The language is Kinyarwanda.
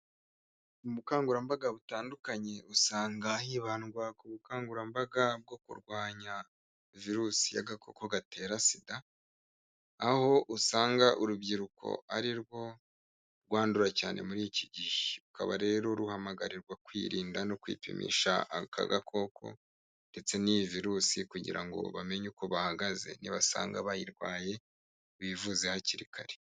Ubukangurambaga butandukanye usanga hibandwa ku bukangurambaga bwo kurwanya virusi y'agakoko gatera sida, aho usanga urubyiruko ari rwo rwandura cyane muri iki gihe, rukaba rero ruhamagarirwa kwirinda no kwipimisha aka gakoko ndetse n'iyi virusi kugira ngo bamenye uko bahagaze nibasanga bayirwaye bivuze hakiri kare.